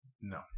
No